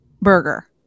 burger